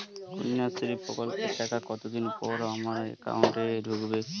কন্যাশ্রী প্রকল্পের টাকা কতদিন পর আমার অ্যাকাউন্ট এ ঢুকবে?